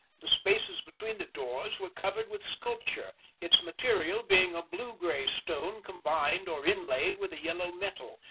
the spaces between the doors were covered with sculpture, its material being a blue-gray stone combined or inlaid with a yellow metal,